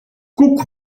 guck